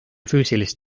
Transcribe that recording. füüsilist